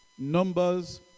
numbers